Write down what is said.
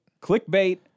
clickbait